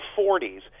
40s